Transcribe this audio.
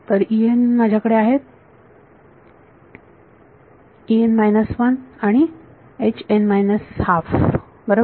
तर माझ्याकडे आहेत आणि बरोबर